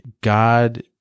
God